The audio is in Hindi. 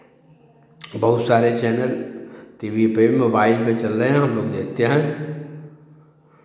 बहुत सारे चैनल टी वी पे मोबाइल पे चल रहे हैं हम लोग देखते हैं